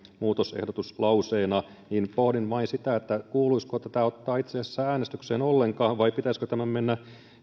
muutosehdotus pohdin vain sitä kuuluisiko tätä ottaa itse asiassa äänestykseen ollenkaan vai pitäisikö tämän mennä